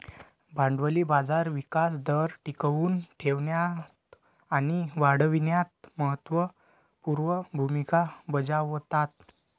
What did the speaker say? भांडवली बाजार विकास दर टिकवून ठेवण्यात आणि वाढविण्यात महत्त्व पूर्ण भूमिका बजावतात